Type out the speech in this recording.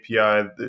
API